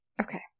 Okay